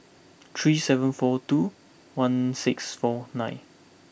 three seven four two one six four nine